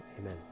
amen